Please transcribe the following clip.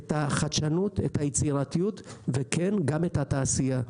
את החדשנות, את היצירתיות וכן גם את התעשייה.